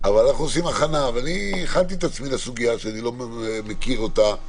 את עצמי לסוגיה שאני לא מכיר אותה.